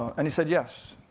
and he said yes.